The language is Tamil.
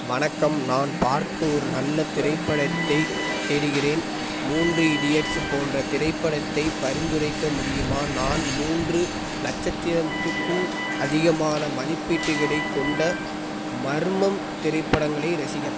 வணக்கம் நான் பார்க்க ஒரு நல்ல திரைப்படத்தைத் தேடுகிறேன் மூன்று இடியட்ஸ் போன்ற திரைப்படத்தைப் பரிந்துரைக்க முடியுமா நான் மூன்று நட்சத்திரத்துக்கும் அதிகமான மதிப்பீட்டுகளைக் கொண்ட மர்மம் திரைப்படங்களை ரசிகன்